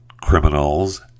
criminals